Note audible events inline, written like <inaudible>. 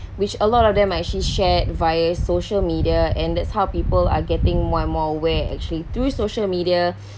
which a lot of them are actually shared via social media and that's how people are getting more and more aware actually through social media <breath>